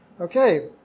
Okay